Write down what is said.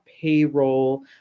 payroll